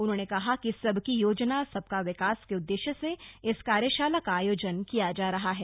उन्होंने कहा कि सबकी योजना सबका विकास के उद्देश्य से इस कार्यशाला का आयोजन किया जा रहा है